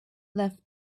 left